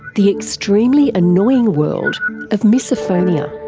the extremely annoying world of misophonia,